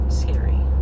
scary